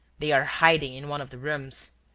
they are hiding in one of the rooms.